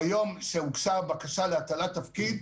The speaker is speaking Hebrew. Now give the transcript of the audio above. ביום שהוגשה הבקשה להטלת תפקיד,